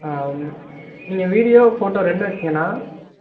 நீங்கள் video photo ரெண்டும் எடுத்தீங்கன்னா